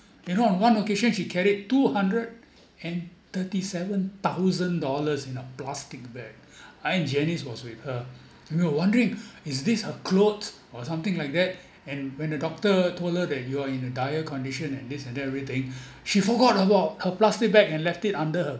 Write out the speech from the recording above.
you know on one occasion she carried two hundred and thirty seven thousand dollars in a plastic bag I and janice was with her we were wondering is this her clothes or something like that and when the doctor told her that you are in a dire condition and this and that everything she forgot about her plastic bag and left it under her